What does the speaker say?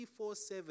24-7